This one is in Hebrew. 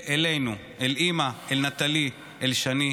אלינו, אל אימא, אל נטלי, אל שני,